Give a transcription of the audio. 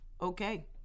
Okay